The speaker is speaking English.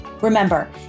Remember